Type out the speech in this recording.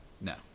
No